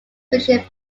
fictional